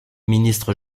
ministre